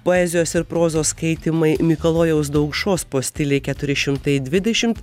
poezijos ir prozos skaitymai mikalojaus daukšos postilei keturi šimtai dvidešimt